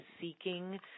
seeking